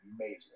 amazing